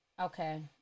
Okay